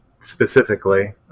specifically